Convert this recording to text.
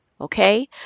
Okay